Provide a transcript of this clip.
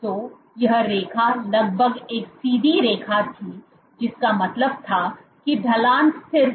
तो यह रेखा लगभग एक सीधी रेखा थी जिसका मतलब था कि ढलान स्थिर है